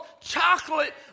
chocolate